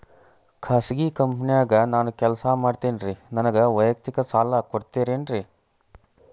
ಖಾಸಗಿ ಕಂಪನ್ಯಾಗ ನಾನು ಕೆಲಸ ಮಾಡ್ತೇನ್ರಿ, ನನಗ ವೈಯಕ್ತಿಕ ಸಾಲ ಕೊಡ್ತೇರೇನ್ರಿ?